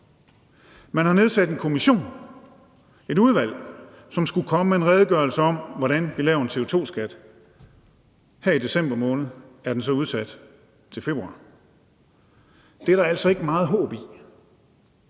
Man har nedsat en kommission, et udvalg, som skulle komme med en redegørelse om, hvordan vi laver en CO2-skat, men her i december måned er den så udsat til februar. Det er der altså ikke meget håb i.